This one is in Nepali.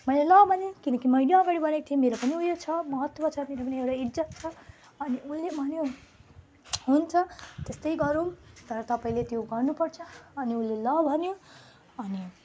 मैले ल भने किनकि मैले अगाडि भनेको थिएँ मेरो पनि उयो छ महत्त्व छ मेरो पनि एउटा इज्जत छ अनि उसले भन्यो हुन्छ त्यस्तै गरौँ तर तपाईँले त्यो गर्नुपर्छ अनि उसले ल भन्यो अनि